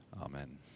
Amen